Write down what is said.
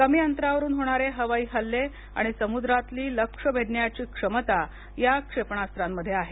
कमी अंतरावरून होणारे हवाई हल्ले आणि समुद्रातली लक्ष्य भेदण्याची क्षमता या क्षेपणास्त्रांमध्ये आहे